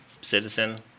Citizen